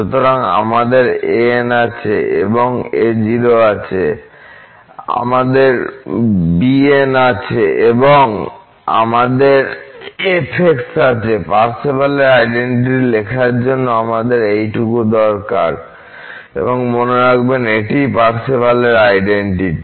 সুতরাং আমাদের an আছে আমাদের a0 আছে আমাদের bn আছে এবং আমাদের f আছে পার্সেভালের আইডেনটিটি লেখার জন্য আমাদের এইটুকুই দরকার এবং মনে রাখবেন এটিই পার্সেভালের আইডেনটিটি